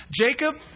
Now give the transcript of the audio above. Jacob